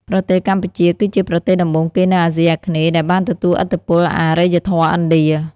ប្រទេសកម្ពុជា គឺជាប្រទេសដំបូងគេនៅអាស៊ីអាគ្នេយ៍ដែលបានទទួលឥទ្ធិពលអរិយធម៌ឥណ្ឌា។